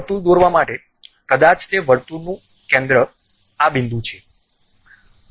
વર્તુળ દોરવા માંગું છું કદાચ તે વર્તુળનું કેન્દ્ર આ બિંદુ છે